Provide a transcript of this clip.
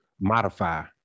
modify